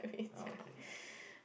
uh okay